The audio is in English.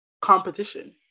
competition